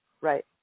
Right